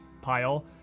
pile